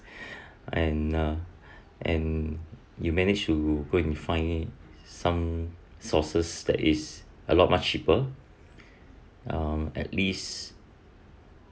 and uh and you manage to find some sources that is a lot much cheaper um at least